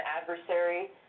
adversary